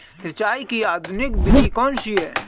सिंचाई की आधुनिक विधि कौनसी हैं?